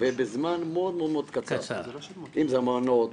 בזמן מאוד קצר - אם זה המעונות,